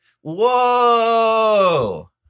Whoa